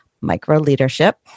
micro-leadership